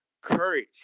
courage